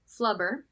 Flubber